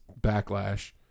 backlash